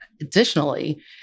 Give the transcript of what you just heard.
Additionally